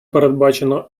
передбачено